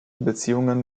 beziehungen